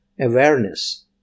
awareness